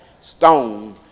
stone